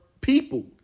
people